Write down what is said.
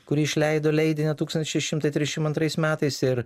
kuri išleido leidinį tūkstantis šeši šimtai trisdešim antrais metais ir